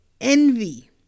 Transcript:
envy